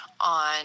on